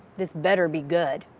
this better be good.